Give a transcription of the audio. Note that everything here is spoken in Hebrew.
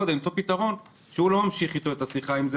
צריך למצוא פתרון שהוא לא ממשיך איתו את השיחה אם זה